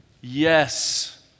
Yes